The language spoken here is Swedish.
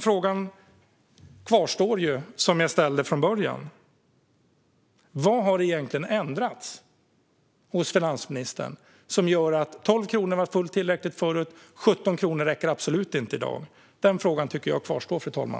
Frågan som jag ställde från början tycker jag kvarstår: Vad har egentligen ändrats hos finansministern, när 12 kronor var fullt tillräckligt förut men 17 kronor absolut inte räcker i dag?